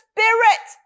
Spirit